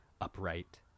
upright